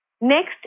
Next